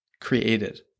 created